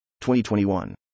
2021